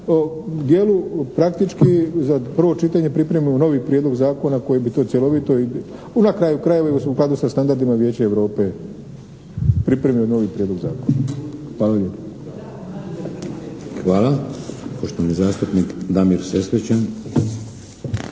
dijelu praktički za prvo čitanje pripremimo novi prijedlog zakona koji bi to cjelovito i na kraju krajeva u skladu sa standardima Vijeća Europe pripremio novi prijedlog zakona. Hvala lijepa. **Šeks, Vladimir (HDZ)** Hvala. Poštovani zastupnik Damir Sesvečan.